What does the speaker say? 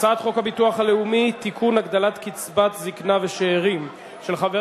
הצעת חוק הרבנות הראשית לישראל (תיקון,